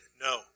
No